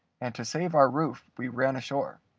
and to save our roof we ran ashore.